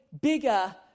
bigger